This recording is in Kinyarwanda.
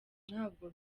ntabwo